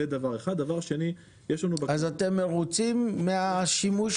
אז אתם מרוצים מהשימוש